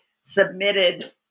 submitted